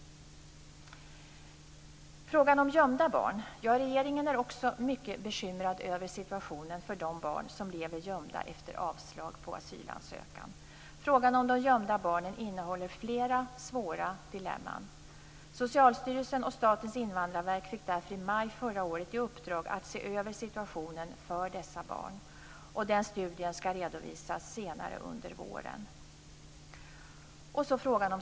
Gömda barn: Regeringen är också mycket bekymrad över situationen för de barn som lever gömda efter avslag på asylansökan. Frågan om de gömda barnen innehåller flera svåra dilemman. Socialstyrelsen och Statens invandrarverk fick därför i maj förra året i uppdrag att se över situationen för dessa barn. Den studien skall redovisas senare under våren.